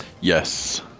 Yes